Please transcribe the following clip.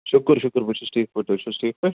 شُکُر شُکُر بہٕ چھُس ٹھیٖک پٲٹھۍ تُہۍ چھُو حظ ٹھیٖک پٲٹھۍ